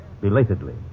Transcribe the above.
belatedly